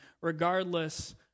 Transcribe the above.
regardless